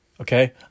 Okay